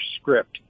script